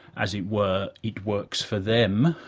as it were, it works for them,